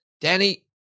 Danny